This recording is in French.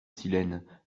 silène